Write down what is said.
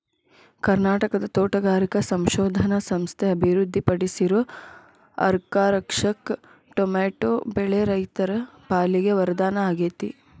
ಕರ್ನಾಟಕದ ತೋಟಗಾರಿಕಾ ಸಂಶೋಧನಾ ಸಂಸ್ಥೆ ಅಭಿವೃದ್ಧಿಪಡಿಸಿರೋ ಅರ್ಕಾರಕ್ಷಕ್ ಟೊಮೆಟೊ ಬೆಳೆ ರೈತರ ಪಾಲಿಗೆ ವರದಾನ ಆಗೇತಿ